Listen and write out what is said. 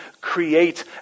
create